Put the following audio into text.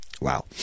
Wow